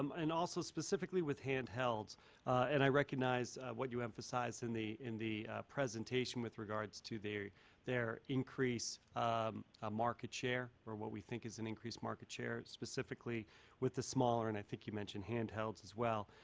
and also specifically with handhelds and i recognize what you emphasize in the in the presentation with regards to their their increase um ah market share or what we think is an increase market share specifically with the smaller and i think you mentioned handhelds as well.